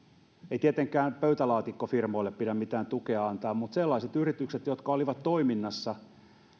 ei tietenkään pöytälaatikkofirmoille pidä mitään tukea antaa mutta sellaisia yrityksiä jotka olivat toiminnassa